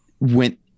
went